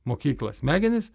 mokyklą smegenis